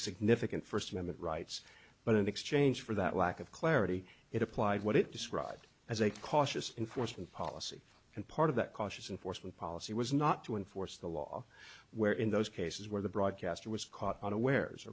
significant first amendment rights but in exchange for that lack of clarity it applied what it described as a cautious enforcement policy and part of that cautious and forcefully policy was not to enforce the law where in those cases where the broadcaster was caught unawares